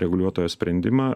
reguliuotojo sprendimą